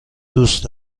دوست